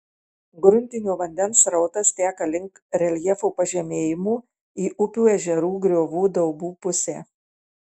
gruntinio vandens srautas teka link reljefo pažemėjimų į upių ežerų griovų daubų pusę